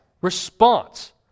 response